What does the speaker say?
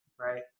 right